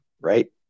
right